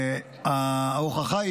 ההוכחה היא